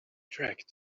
track